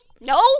No